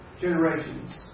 generations